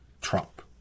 Trump